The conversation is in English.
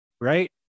right